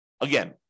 Again